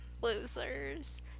losers